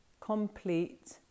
complete